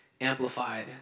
amplified